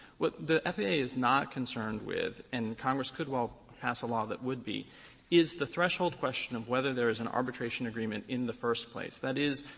what the faa is not concerned with and congress could well pass a law that would be is the threshold question of whether there's an arbitration agreement in the first place that is,